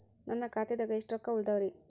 ನನ್ನ ಖಾತೆದಾಗ ಎಷ್ಟ ರೊಕ್ಕಾ ಉಳದಾವ್ರಿ?